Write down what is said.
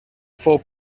fou